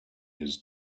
his